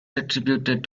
attributed